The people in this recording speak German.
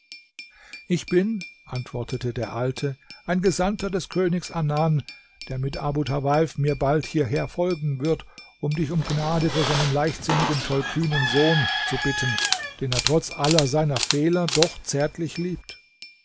ich bin antwortete der alte ein gesandter des königs anan der mit abu tawaif mir bald hierher folgen wird um dich um gnade für seinen leichtsinnigen tollkühnen sohn zu bitten den er trotz aller seiner fehler doch zärtlich liebt